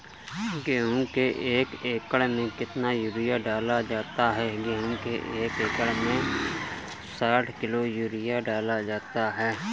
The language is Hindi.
गेहूँ के एक एकड़ में कितना यूरिया डाला जाता है?